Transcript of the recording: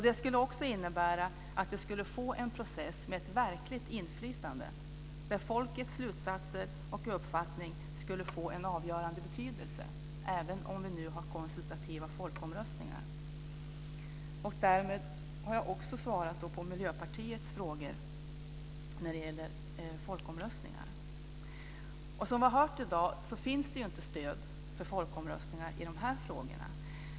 Det skulle också innebära en process med ett verkligt inflytande, där folkets slutsatser och uppfattning skulle få en avgörande betydelse, även om vi nu har konsultativa folkomröstningar. Därmed har jag svarat på Miljöpartiets frågor om folkomröstningar. Som vi har hört i dag finns det inte stöd för folkomröstningar i de här frågorna.